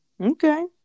Okay